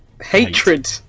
Hatred